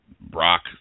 Brock